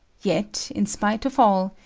yet, in spite of all,